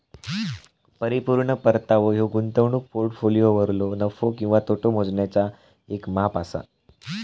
परिपूर्ण परतावो ह्यो गुंतवणूक पोर्टफोलिओवरलो नफो किंवा तोटो मोजण्याचा येक माप असा